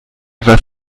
was